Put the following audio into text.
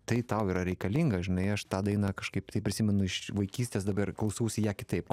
tai tau yra reikalinga žinai aš tą dainą kažkaip taip prisimenu iš vaikystės dabar klausausi ją kitaip